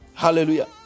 Hallelujah